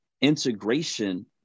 Integration